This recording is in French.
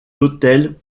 hôtel